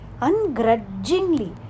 ungrudgingly